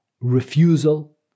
refusal